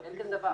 אין כזה דבר.